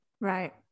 Right